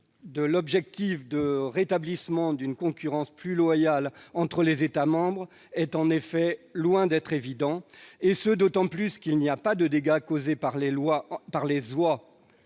avec l'objectif de rétablissement d'une concurrence plus loyale entre les États membres est en effet loin d'être évident, et ce d'autant moins qu'il n'y a pas de dégâts causés par les oies en